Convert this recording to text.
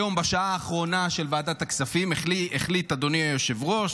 היום בשעה האחרונה של ועדת הכספים החליט אדוני היושב-ראש,